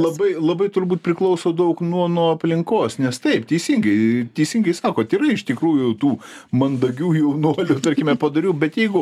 labai labai turbūt priklauso daug nuo nuo aplinkos nes taip teisingai teisingai sakot yra iš tikrųjų tų mandagiųjų nu tarkime padorių bet jeigu